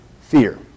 Fear